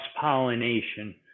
pollination